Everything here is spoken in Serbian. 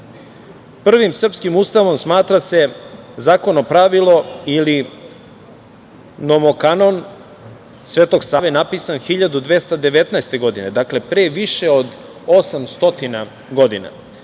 srpskim Ustavom smatra se Zakonopravilo ili Nomokanon Svetog Saveta, napisan 1219. godine, dakle, pre više od 800 godina.